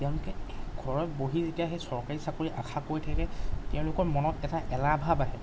তেওঁলোকে ঘৰত বহি যেতিয়া সেই চৰকাৰী চাকৰি আশা কৰি থাকে তেওঁলোকৰ মনত এটা এলাহ ভাব আহে